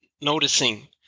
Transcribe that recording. noticing